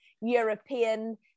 European